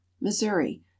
Missouri